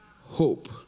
hope